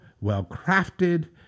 well-crafted